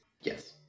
Yes